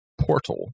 Portal